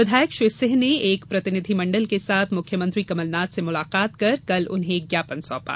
विधायक श्री सिंह ने एक प्रतिनिधिमंडल के साथ मुख्यमंत्री कमलनाथ से मुलाकात कर कल उन्हें एक ज्ञापन सौंपा